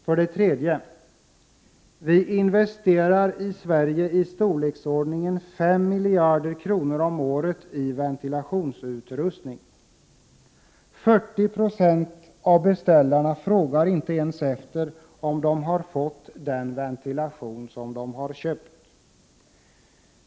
För det tredje investerar vi i Sverige i storleksordningen 5 miljarder kronor om året i ventilationsutrustningar. 40 96 av beställarna frågar inte ens efter om de har fått den ventilation som de har köpt.